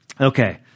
Okay